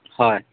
হয়